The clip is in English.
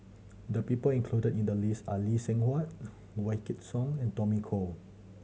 the people included in the list are Lee Seng Huat Wykidd Song and Tommy Koh